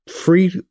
free